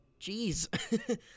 Jeez